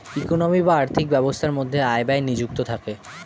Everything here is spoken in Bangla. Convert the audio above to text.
ইকোনমি বা আর্থিক ব্যবস্থার মধ্যে আয় ব্যয় নিযুক্ত থাকে